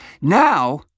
Now